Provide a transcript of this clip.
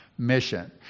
mission